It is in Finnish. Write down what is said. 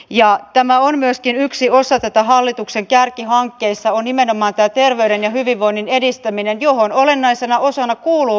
ja tämä on myöskin yksi osa tätä hallituksen kärkihankkeissa on nimenomaan ja terveyden ja hyvinvoinnin edistäminen johon olennaisena osana kuuluu